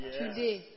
today